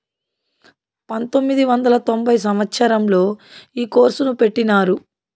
పంతొమ్మిది వందల తొంభై సంవచ్చరంలో ఈ కోర్సును పెట్టినారు